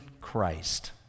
Christ